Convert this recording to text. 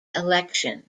election